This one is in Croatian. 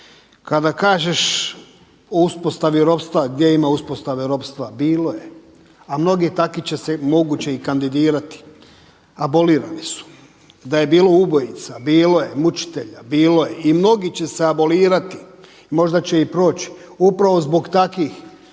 Kada kažeš o uspostavi ropstva gdje ima uspostave ropstva. Bilo je, a mnogi taki će se, moguće i kandidirati, abolirani su. Da je bilo ubojica bilo je. Mučitelja, bilo je. I mnogi će se abolirati, možda će i proći. Upravo zbog takih